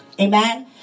Amen